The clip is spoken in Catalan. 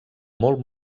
molt